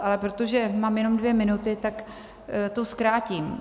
Ale protože mám jenom dvě minuty, tak to zkrátím.